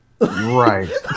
Right